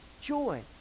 joy